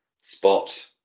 spot